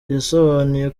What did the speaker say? yasobanuye